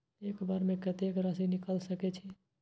एक बार में कतेक राशि निकाल सकेछी?